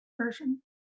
version